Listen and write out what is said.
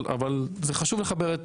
אבל זה חשוב לחבר את